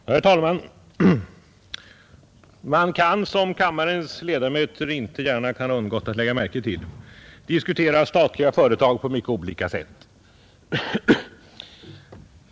Herr talman! Man kan — som kammarens ledamöter inte gärna kan ha undgått att lägga märke till — diskutera statliga företag på mycket olika sätt.